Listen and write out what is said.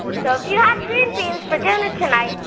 so if you have green beans for dinner tonight,